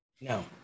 No